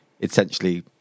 essentially